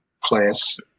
class